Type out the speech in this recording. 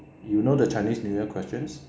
you know the chinese new year questions